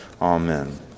Amen